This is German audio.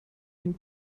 ihn